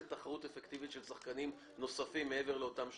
תחרות אפקטיבית של שחקנים נוספים מעבר לאותם שניים,